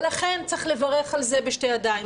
ולכן צריך לברך על זה בשתי ידיים.